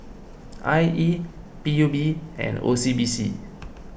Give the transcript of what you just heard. I E P U B and O C B C